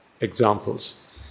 examples